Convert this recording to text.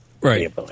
Right